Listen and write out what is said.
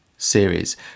series